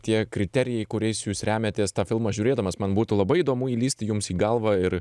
tie kriterijai kuriais jūs remiatės tą filmą žiūrėdamas man būtų labai įdomu įlįsti jums į galvą ir